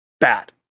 Bad